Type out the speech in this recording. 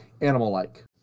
animal-like